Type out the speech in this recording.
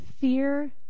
Fear